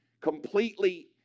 completely